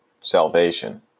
salvation